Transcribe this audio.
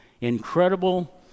incredible